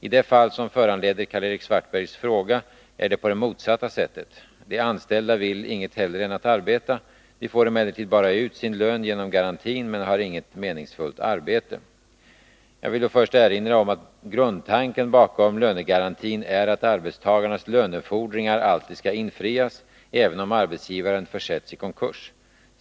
I det fall som föranleder Karl-Erik Svartbergs fråga är det på det motsatta sättet. De anställda vill inget hellre än att arbeta. De får emellertid bara ut sin lön genom garantin, men har inget meningsfullt arbete. Jag vill då först erinra om att grundtanken bakom lönegarantin är att arbetstagarnas lönefordringar alltid skall infrias, även om arbetsgivaren försätts i konkurs.